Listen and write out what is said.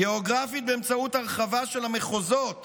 גיאוגרפית, באמצעות הרחבה של המחוזות